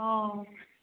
ꯑꯥꯎ